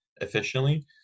efficiently